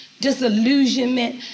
disillusionment